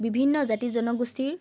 বিভিন্ন জাতি জনগোষ্ঠীৰ